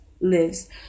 lives